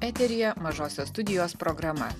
eteryje mažosios studijos programa